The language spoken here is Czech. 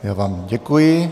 Já vám děkuji.